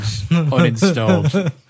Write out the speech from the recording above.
uninstalled